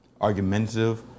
argumentative